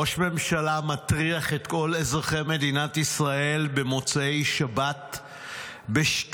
ראש ממשלה מטריח את כל אזרחי מדינת ישראל במוצאי שבת בשטויות,